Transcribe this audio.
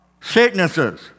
Sicknesses